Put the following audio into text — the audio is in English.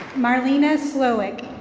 marlena slowic.